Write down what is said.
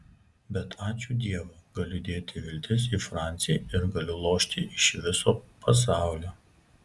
bet ačiū dievui galiu dėti viltis į francį ir galiu lošti iš viso pasaulio